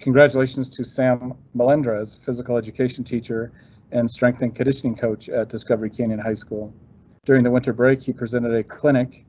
congratulations to sam melendres physical education teacher and strength and conditioning coach at discovery canyon high school during the winter break, he presented a clinic